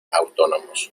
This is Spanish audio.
autónomos